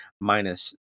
minus